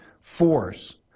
force